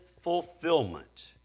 fulfillment